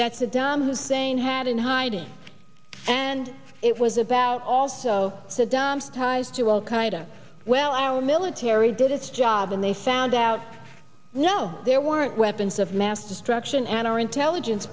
that saddam hussein had in hiding and it was about also saddam's ties to al qaida well our military did its job and they found out no there weren't weapons of mass destruction and our intelligence